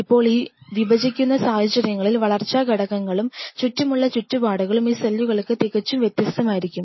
ഇപ്പോൾ ഈ വിഭജിക്കുന്ന സാഹചര്യങ്ങളിൽ വളർച്ചാ ഘടകങ്ങളും ചുറ്റുമുള്ള ചുറ്റുപാടുകളും ഈ സെല്ലുകൾക്ക് തികച്ചും വ്യത്യസ്തമായിരിക്കും